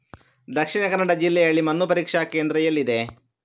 ದಕ್ಷಿಣ ಕನ್ನಡ ಜಿಲ್ಲೆಯಲ್ಲಿ ಮಣ್ಣು ಪರೀಕ್ಷಾ ಕೇಂದ್ರ ಎಲ್ಲಿದೆ?